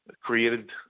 created